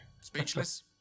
Speechless